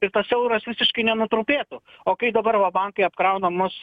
ir tas euras visiškai nenutrupėtų o kai dabar va bankai apkrauna mus